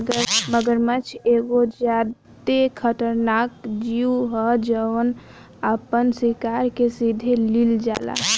मगरमच्छ एगो ज्यादे खतरनाक जिऊ ह जवन आपना शिकार के सीधे लिल जाला